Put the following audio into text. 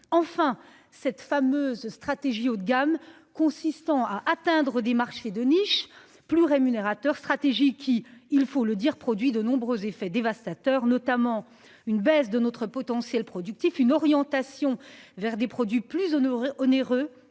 enfin cette fameuse stratégie haut de gamme consistant à atteindre des marchés de niche plus rémunérateurs stratégie qui, il faut le dire. Produit de nombreux effets dévastateurs, notamment une baisse de notre potentiel productif, une orientation vers des produits plus honorer